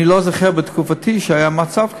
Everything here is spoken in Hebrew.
אני לא זוכר שבתקופתי היה מצב כזה.